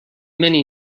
many